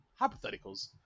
hypotheticals